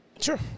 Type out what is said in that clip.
Sure